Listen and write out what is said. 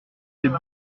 des